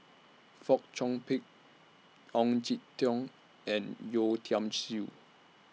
Fong Chong Pik Ong Jin Teong and Yeo Tiam Siew